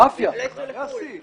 היית מגיש רוויזיה,